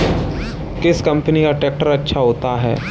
किस कंपनी का ट्रैक्टर अच्छा होता है?